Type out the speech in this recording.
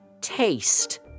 Taste